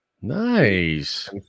nice